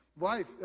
life